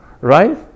right